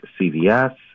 CVS